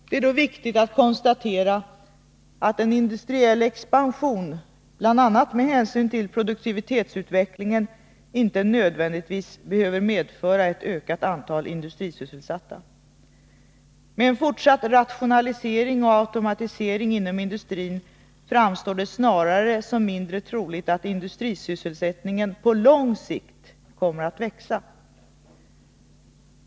Det är då viktigt att konstatera att en industriell expansion, bl.a. med hänsyn till produktivitetsutvecklingen, inte nödvändigtvis behöver medföra ett ökat antal industrisysselsatta. Med en fortsatt rationalisering och automatisering inom industrin framstår det snarare som mindre troligt att industrisysselsättningen på lång sikt kommer att växa.